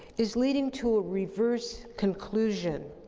is leading to a reverse conclusion.